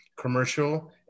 commercial